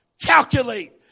Calculate